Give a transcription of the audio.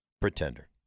Pretender